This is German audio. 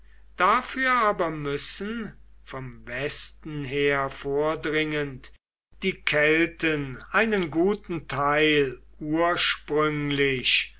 dafür aber müssen von westen her vordringend die kelten einen guten teil ursprünglich